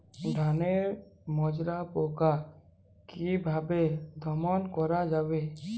ধানের মাজরা পোকা কি ভাবে দমন করা যাবে?